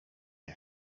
nie